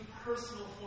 Personal